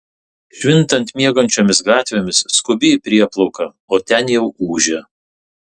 švintant miegančiomis gatvėmis skubi į prieplauką o ten jau ūžia